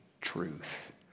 truth